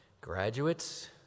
Graduates